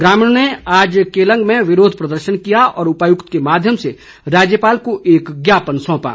ग्रामीणों ने आज केलंग में विरोध प्रदर्शन किया और उपायुक्त के माध्यम से राज्यपाल को एक ज्ञापन सौंपा